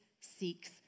seeks